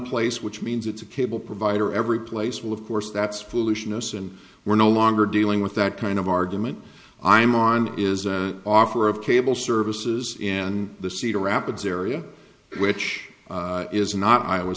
place which means it's a cable provider everyplace will of course that's foolishness and we're no longer dealing with that kind of argument i'm on is an offer of cable services and the cedar rapids area which is not iowa